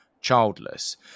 childless